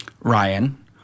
Ryan